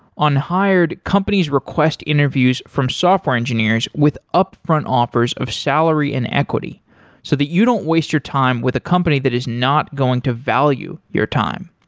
on hired, companies request interviews from software engineers with upfront offers of salary and equity so that you don't waste your time with a company that is not going to value your time.